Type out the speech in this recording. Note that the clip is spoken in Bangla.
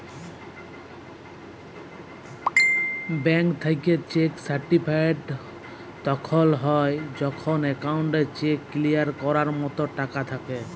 ব্যাংক থ্যাইকে চ্যাক সার্টিফাইড তখল হ্যয় যখল একাউল্টে চ্যাক কিলিয়ার ক্যরার মতল টাকা থ্যাকে